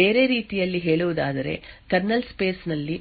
ಬೇರೆ ರೀತಿಯಲ್ಲಿ ಹೇಳುವುದಾದರೆ ಕರ್ನಲ್ ಸ್ಪೇಸ್ ಲ್ಲಿ